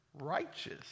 righteous